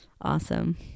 awesome